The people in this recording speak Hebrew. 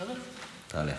תעלה.